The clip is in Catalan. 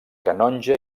canonge